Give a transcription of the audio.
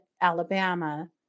Alabama